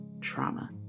trauma